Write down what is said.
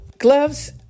Gloves